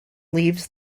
leaves